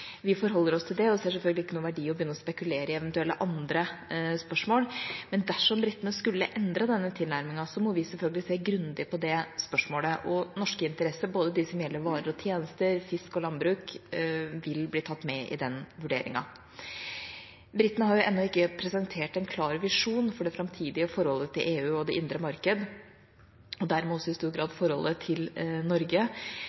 Vi forholder oss til det og ser selvfølgelig ingen verdi i å begynne å spekulere i eventuelle andre spørsmål. Men dersom britene skulle endre denne tilnærmingen, må vi selvfølgelig se grundig på det spørsmålet. Norske interesser, de som gjelder varer og tjenester og fisk og landbruk, vil bli tatt med i den vurderingen. Britene har ennå ikke presentert en klar visjon for det framtidige forholdet til EU og det indre marked, det gjelder dermed også i stor